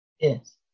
Yes